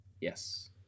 Yes